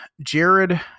Jared